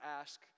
ask